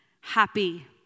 Happy